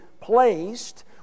placed